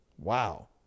Wow